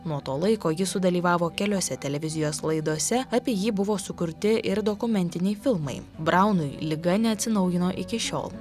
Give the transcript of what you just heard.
nuo to laiko jis sudalyvavo keliose televizijos laidose apie jį buvo sukurti ir dokumentiniai filmai braunui liga neatsinaujino iki šiol